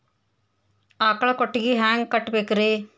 ಆಕಳ ಕೊಟ್ಟಿಗಿ ಹ್ಯಾಂಗ್ ಕಟ್ಟಬೇಕ್ರಿ?